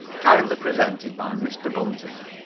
kindly presented by mr. bunting.